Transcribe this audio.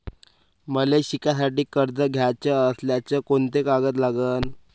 मले शिकासाठी कर्ज घ्याचं असल्यास कोंते कागद लागन?